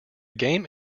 game